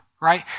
right